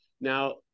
Now